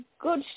good